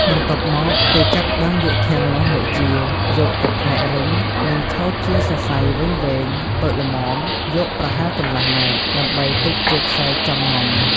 បន្ទាប់មក គេចាប់ផ្ដើមយកធាងនោះ មកចៀរ យកតែផ្នែករឹង និងឆូតជាសរសៃវែងៗតូចល្មម យកប្រហែលកន្លះម៉ែត្រ ដើម្បីទុកជាខ្សែចងនំ។